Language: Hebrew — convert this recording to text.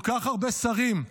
כל כך הרבה שרים.